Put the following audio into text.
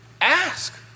ask